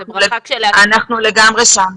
אנחנו לגמרי שם.